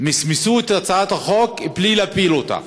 מסמסו את הצעת החוק בלי להפיל אותה.